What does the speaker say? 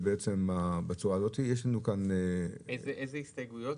איזה הסתייגויות?